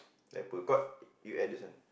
tak correct you add this one